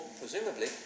presumably